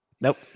Nope